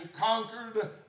conquered